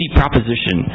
proposition